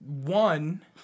one